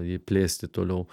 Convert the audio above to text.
jį plėsti toliau